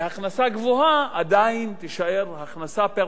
עדיין תישאר הכנסה פר-נפש שהיא גבוהה,